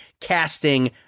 casting